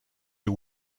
you